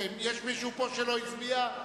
יש מישהו פה שלא הצביע?